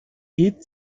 geht